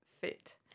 fit